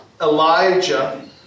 Elijah